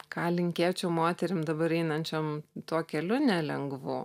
ką linkėčiau moterim dabar einančiom tuo keliu nelengvu